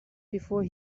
before